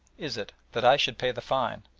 is it that i should pay the fine?